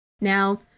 now